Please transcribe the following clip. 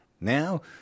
Now